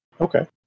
Okay